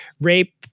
rape